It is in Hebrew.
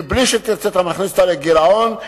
בלי שתרצה אתה מכניס אותה לגירעון,